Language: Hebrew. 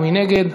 מי נגד?